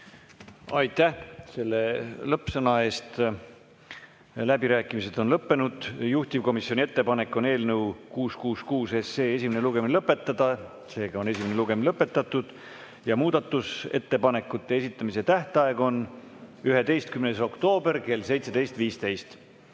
Aitäh selle lõppsõna eest! Läbirääkimised on lõppenud ja juhtivkomisjoni ettepanek on eelnõu 666 esimene lugemine lõpetada. Esimene lugemine on lõpetatud. Muudatusettepanekute esitamise tähtaeg on 11. oktoober kell 17.15.